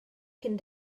cyn